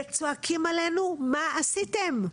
וצועקים עלינו מה עשיתם?